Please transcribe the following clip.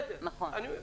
בסדר, אני יודע.